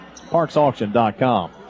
ParksAuction.com